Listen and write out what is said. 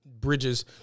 bridges